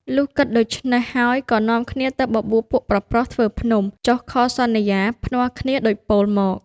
លុះគិតដូចេ្នះហើយ ក៏នាំគ្នាទៅបបួល ពួកប្រុសៗធ្វើភ្នំ ចុះខសន្យាភ្នាល់គ្នាដូចពោលមក